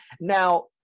now